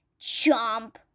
Chomp